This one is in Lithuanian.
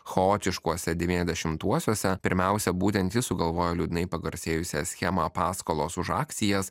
chaotiškuose devyniasdešimtuosiuose pirmiausia būtent jis sugalvojo liūdnai pagarsėjusią schemą paskolos už akcijas